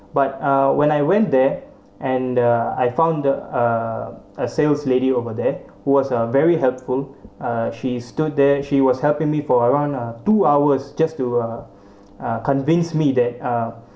but uh when I went there and the I found the a a sales lady over there who was a very helpful uh she stood there she was helping me for around uh two hours just to uh convinced me that uh